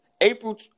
April